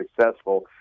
successful